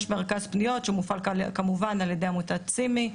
יש מרכז פניות שמופעל כמובן על ידי עמותת סימי,